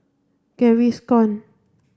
Gaviscon